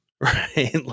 right